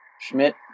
Schmidt